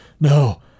No